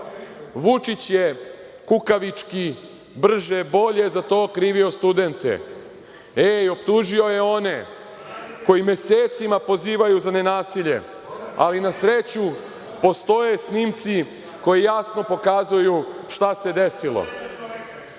je kukavički brže bolje za to okrivio studente. Ej, optužio je one koji mesecima pozivaju za nenasilje, ali na sreću postoje snimci koji jasno pokazuju šta se desilo. Da